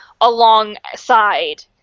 alongside